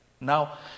Now